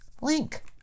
Link